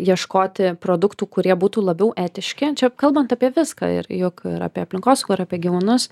ieškoti produktų kurie būtų labiau etiški čia kalbant apie viską ir juk ir apie aplinkosaugą ir apie gyvūnus